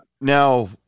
now